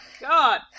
God